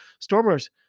Stormers